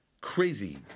crazy